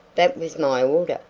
that was my order,